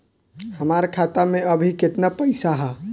हमार खाता मे अबही केतना पैसा ह?